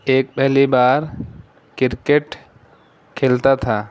ایک پہلی بار کرکٹ کھیلتا تھا